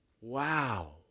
wow